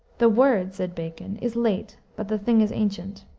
the word, said bacon, is late, but the thing is ancient.